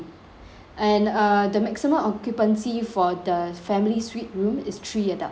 and uh the maximum occupancy for the family suite room is three adults